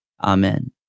Amen